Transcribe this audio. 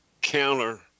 counter